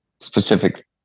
specific